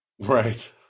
Right